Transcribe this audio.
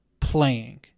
playing